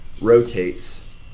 rotates